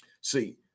see